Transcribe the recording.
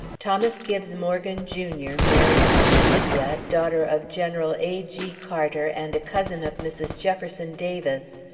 thomas gibbes morgan, jr, married to lydia, daughter of general a. g. carter and a cousin of mrs. jefferson davis,